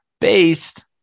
based